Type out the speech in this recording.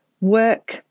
work